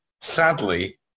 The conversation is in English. sadly